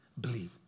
believe